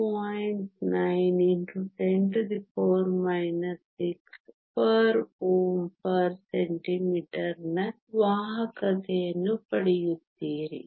9 x 10 6 Ω 1 cm 1 ನ ವಾಹಕತೆಯನ್ನು ಪಡೆಯುತ್ತೀರಿ